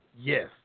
Yes